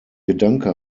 gedanke